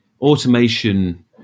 automation –